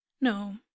No